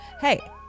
Hey